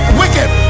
wicked